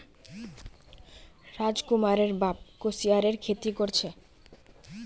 राजकुमारेर बाप कुस्यारेर खेती कर छे